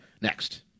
Next